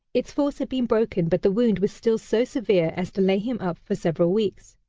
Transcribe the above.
its force had been broken, but the wound was still so severe as to lay him up for several weeks.